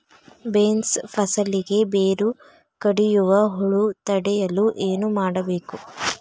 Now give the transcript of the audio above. Beans ಫಸಲಿಗೆ ಬೇರು ಕಡಿಯುವ ಹುಳು ತಡೆಯಲು ಏನು ಮಾಡಬೇಕು?